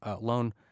loan